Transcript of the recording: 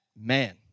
man